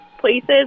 places